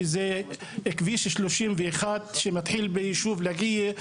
שזה כביש 31 שמתחיל ביישוב לאקיה,